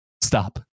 stop